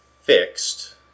fixed